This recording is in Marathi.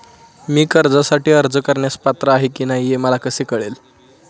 मी कर्जासाठी अर्ज करण्यास पात्र आहे की नाही हे मला कसे कळेल?